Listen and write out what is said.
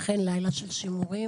אכן לילה של שימורים,